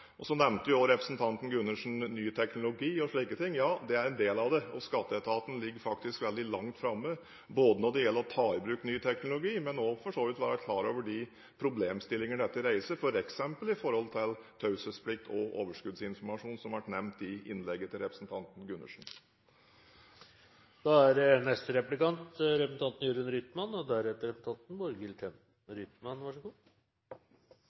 Så nevnte også representanten Gundersen ny teknologi og slike ting. Ja, det er en del av det. skatteetaten ligger faktisk veldig langt framme når det gjelder å ta i bruk ny teknologi, men man må også for så vidt være klar over de problemstillinger dette reiser f.eks. i forhold til taushetsplikt og overskuddsinformasjon, som ble nevnt i innlegget til representanten Gundersen.